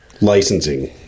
licensing